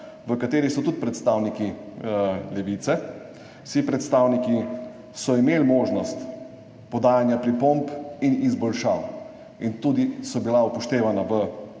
v kateri so tudi predstavniki Levice. Vsi predstavniki so imeli možnost podajanja pripomb in izboljšav in so tudi bile upoštevane